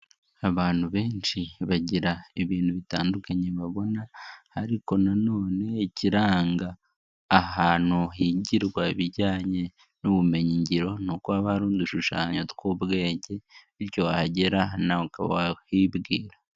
Abantu benshi bagira ibintu bitandukanye babona ariko na none ikiranga ahantu higirwa ibijyanye n'ubumenyingiro n'uko haba hari udushushanyo tw'ubwenge bityo wahagera nawe ukaba wakwibwira.